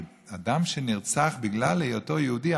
אבל אדם שנרצח בגלל היותו יהודי,